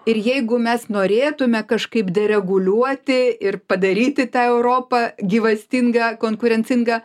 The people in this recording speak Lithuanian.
ir jeigu mes norėtume kažkaip reguliuoti ir padaryti tą europą gyvastingą konkurencingą